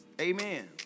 Amen